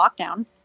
lockdown